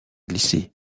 glisser